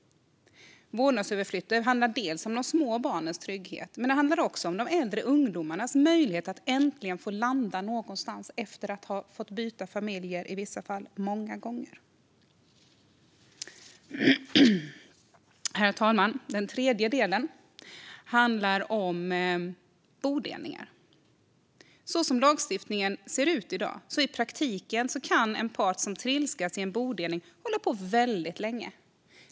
Vårdnadsöverflyttning handlar om de små barnens trygghet men också om de äldre ungdomarnas möjlighet att äntligen få landa någonstans efter att ha fått byta familj, i vissa fall många gånger. Herr talman! Det tredje området handlar om bodelning. Som lagstiftningen ser ut i dag kan i praktiken en part som trilskas i en bodelning hålla på väldigt länge.